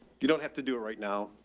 you don't have to do it right now.